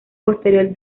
posterior